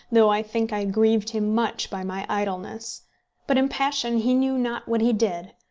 though i think i grieved him much by my idleness but in passion he knew not what he did,